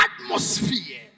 atmosphere